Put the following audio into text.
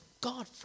God